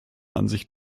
ansicht